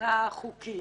מבחינה חוקית